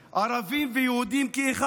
ערבים ויהודים כאחד,